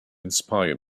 inspire